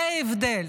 זה ההבדל,